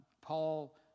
Paul